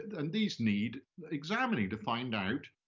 and these need examining to find out,